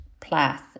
Plath